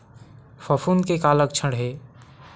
फफूंद के का लक्षण हे?